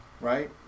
right